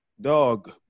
dog